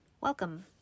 welcome